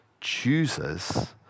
chooses